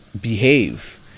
behave